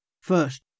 First